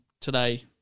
Today